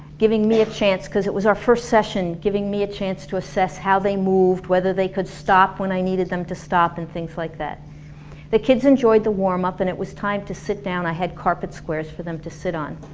giving me a chance cause it was our first session, giving me a chance to assess how they move, whether they could stop when i needed them to stop and things like that the kids enjoyed the warm-up and it was time to sit down and i had carpet squares for them to sit on